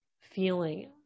feeling